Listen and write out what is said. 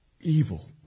Evil